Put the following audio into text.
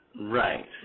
Right